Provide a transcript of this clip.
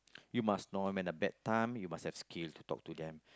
you must know when the bedtime you must have skill to talk to them